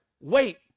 wait